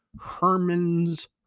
Herman's